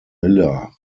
miller